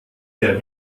der